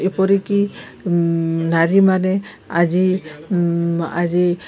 ଏପରିକିି ନାରୀମାନେ ଆଜି ଆଜି